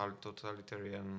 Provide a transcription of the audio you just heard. totalitarian